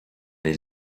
les